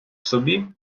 собі